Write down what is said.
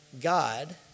God